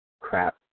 crap